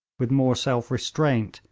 with more self-restraint,